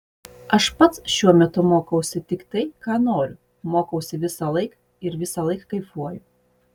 aš pats šiuo metu mokausi tik tai ką noriu mokausi visąlaik ir visąlaik kaifuoju